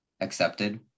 accepted